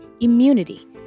immunity